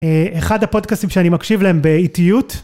אחד הפודקאסים שאני מקשיב להם באיטיות.